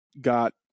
got